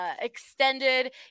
extended